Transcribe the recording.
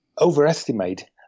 overestimate